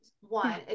one